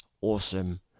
awesome